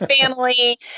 family